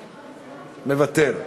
מוותר.